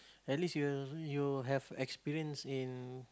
at least you you have experience in